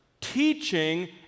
teaching